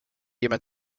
jemand